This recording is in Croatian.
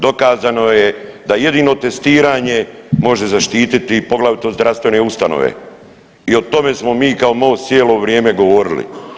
Dokazano je da jedino testiranje može zaštititi, poglavito zdravstvene ustanove i o tome smo mi kao Most cijelo vrijeme govorili.